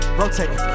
rotate